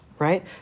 right